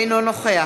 אינו נוכח